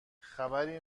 خبری